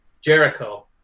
Jericho